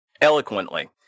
eloquently